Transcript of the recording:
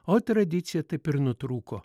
o tradicija taip ir nutrūko